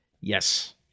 yes